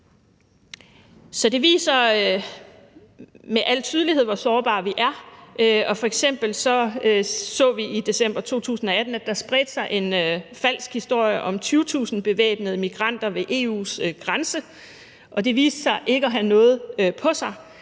Det viser med al tydelighed, hvor sårbare vi er, og f.eks. så vi i december 2018, at der spredte sig en falsk historie om 20.000 bevæbnede migranter ved EU's grænse, som viste sig ikke at have noget på sig,